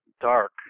dark